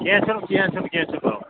کیٚنٛہہ چھنہٕ کیٚنٛہہ چھنہٕ کیٚنٛہہ چھنہٕ